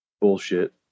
bullshit